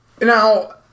Now